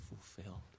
fulfilled